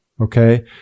Okay